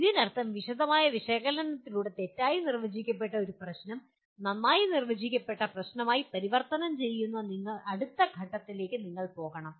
ഇതിനർത്ഥം വിശദമായ വിശകലനത്തിലൂടെ തെറ്റായി നിർവചിക്കപ്പെട്ട ഒരു പ്രശ്നത്തെ നന്നായി നിർവചിക്കപ്പെട്ട പ്രശ്നമായി പരിവർത്തനം ചെയ്യുന്ന അടുത്ത ഘട്ടത്തിലേക്ക് നിങ്ങൾ പോകണം